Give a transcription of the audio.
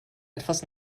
etwas